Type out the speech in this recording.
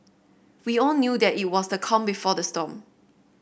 we all knew that it was the calm before the storm